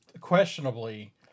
questionably